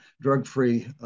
drug-free